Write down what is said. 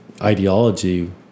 ideology